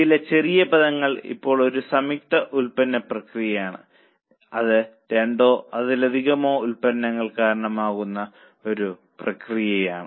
ചില ചെറിയ പദങ്ങൾ ഇപ്പോൾ ഒരു സംയുക്ത ഉൽപ്പന്ന പ്രക്രിയയാണ് അത് രണ്ടോ അതിലധികമോ ഉൽപ്പന്നങ്ങൾക്ക് കാരണമാകുന്ന ഒരു പ്രക്രിയയാണ്